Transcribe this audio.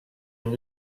and